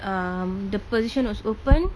um the position was open